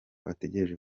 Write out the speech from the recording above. ategereje